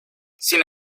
sin